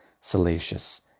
salacious